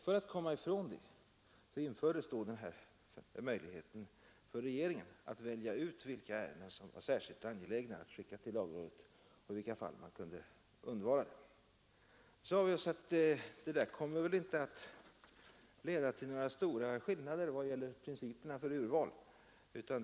För att komma ifrån det införde man möjligheten för regeringen att välja vilka ärenden som det var särskilt angeläget att sända till lagrådet och avgöra i vilka fall detta kunde undvaras. Vi sade oss att detta inte kommer att leda till några stora skillnader i vad gäller principerna för urvalet av ärenden.